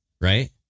Right